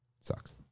sucks